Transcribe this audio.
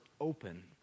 open